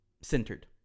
centered